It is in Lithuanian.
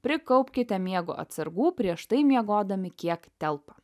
prikaupkite miego atsargų prieš tai miegodami kiek telpa